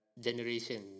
generation